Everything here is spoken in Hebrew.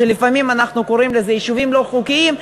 שלפעמים אנחנו קוראים לזה יישובים לא חוקיים,